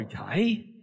okay